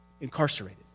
incarcerated